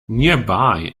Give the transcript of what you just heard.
nearby